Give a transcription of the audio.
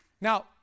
Now